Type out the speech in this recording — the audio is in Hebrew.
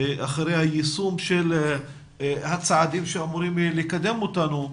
אחרי היישום של הצעדים שאמורים לקדם אותנו.